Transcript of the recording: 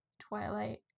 twilight